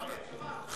אבל מה הכוונה שלו, למה?